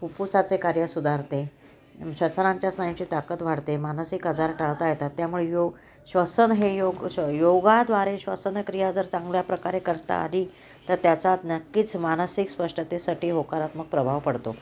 फुफ्फुसाचे कार्य सुधारते श्वसनांच्या स्नायूंची ताकत वाढते मानसिक आजार टाळता येतात त्यामुळे योग श्वसन हे योग श योगाद्वारे श्वसनक्रिया जर चांगल्या प्रकारे करता आली तर त्याचा नक्कीच मानसिक स्पष्टतेसाठी होकारात्मक प्रभाव पडतो